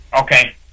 Okay